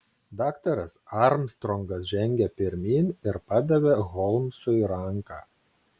daktaras armstrongas žengė pirmyn ir padavė holmsui ranką